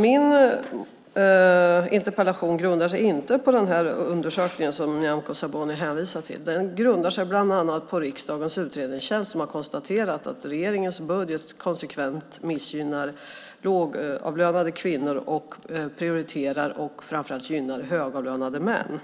Min interpellation grundar sig inte på den undersökning som Nyamko Sabuni hänvisar till utan den grundar sig bland annat på riksdagens utredningstjänst som har konstaterat att regeringens budget konsekvent missgynnar lågavlönade kvinnor och prioriterar och framför allt gynnar högavlönade män.